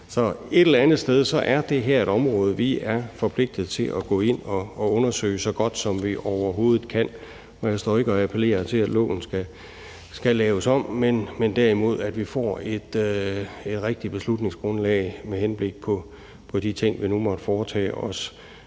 Så et eller andet sted er det her et område, vi er forpligtede til at gå ind og undersøge så godt, som vi overhovedet kan. Og jeg står ikke og appellerer til, at loven skal laves om, men derimod at vi får et rigtigt beslutningsgrundlag med henblik på de ting, vi nu måtte foretage os.